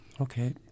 Okay